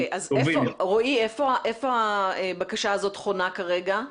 רואי איפה הבקשה הזאת חונה כרגע?